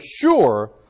sure